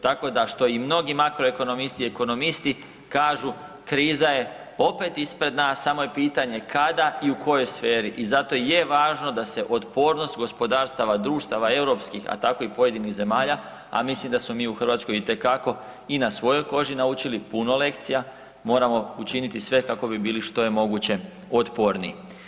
Tako da što i mnogi makroekonomisti i ekonomisti kažu, kriza je opet ispred nas, samo je pitanje kada i u kojoj sferi i zato i je važno da se otpornost gospodarstava društava europskih a tako i pojedinih zemalja, a mislim da smo mi u Hrvatskoj itekako i na svojoj koži naučili puno lekcija, moramo učiniti sve kako bi bili što je moguće otporniji.